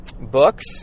books